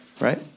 Right